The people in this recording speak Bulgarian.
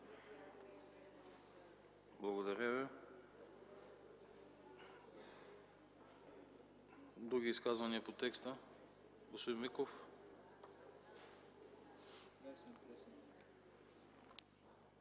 Благодаря Ви. Други изказвания по текста? Господин Миков,